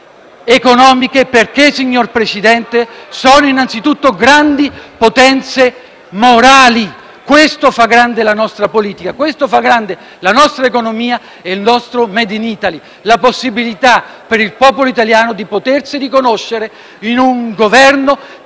economiche perché, signor Presidente, sono innanzitutto grandi potenze morali. Questo fa grande la nostra politica, la nostra economia e il nostro *made in Italy*: la possibilità per il popolo italiano di potersi riconoscere in un Governo